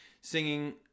singing